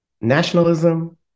nationalism